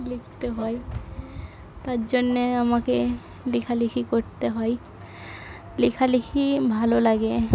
লিখতে হয় তার জন্যে আমাকে লেখালেখি করতে হয় লেখালেখি ভালো লাগে